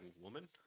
woman